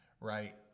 right